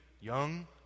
young